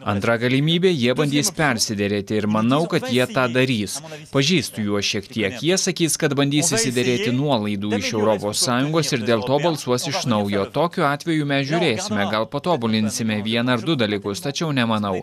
antra galimybė jie bandys persiderėti ir manau kad jie tą darys pažįstu juos šiek tiek jie sakys kad bandys išsiderėti nuolaidų iš europos sąjungos ir dėl to balsuos iš naujo tokiu atveju mes žiūrėsime gal patobulinsime vieną ar du dalykus tačiau nemanau